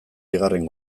bigarren